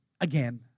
again